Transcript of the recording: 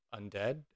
undead